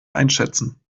einschätzen